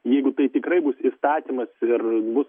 jeigu tai tikrai bus įstatymas ir bus